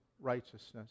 righteousness